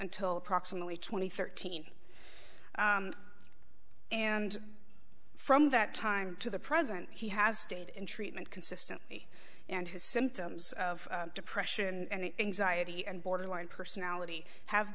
until approximately twenty thirteen and from that time to the present he has stayed in treatment consistently and his symptoms of depression and anxiety and borderline personality have